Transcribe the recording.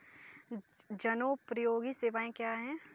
जनोपयोगी सेवाएँ क्या हैं?